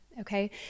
Okay